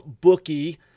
bookie